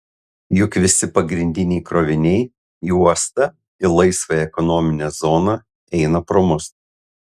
juk visi pagrindiniai kroviniai į uostą į laisvąją ekonominę zoną eina pro mus